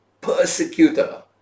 persecutor